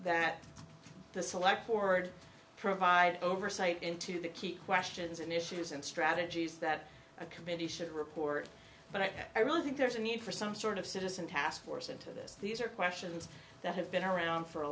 that the select forward provide oversight into the key questions and issues and strategies that a committee should report but i really think there's a need for some sort of citizen task force into this these are questions that have been around for a